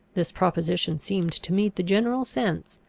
this proposition seemed to meet the general sense.